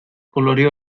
coloreó